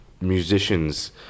musicians